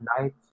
night